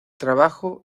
trabajo